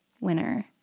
winner